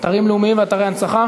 אתרים לאומיים ואתרי הנצחה